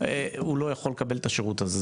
הוא לא יכול לקבל את השירות הזה,